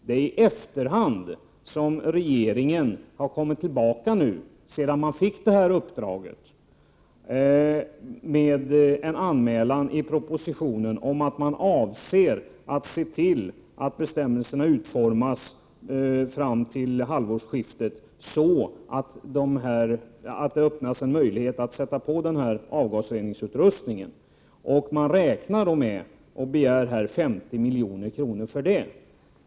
Det är i efterhand som regeringen, sedan den fick detta uppdrag, har kommit tillbaka 155 na till halvårsskiftet utformas så att en möjlighet öppnas för att sätta på denna avgasreningsutrustning. Man räknar då med och begär 50 milj.kr. för det.